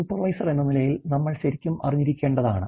supervisor എന്ന നിലയിൽ നമ്മൾ ശരിക്കും അറിഞ്ഞിരിക്കേണ്ടത് ആണ്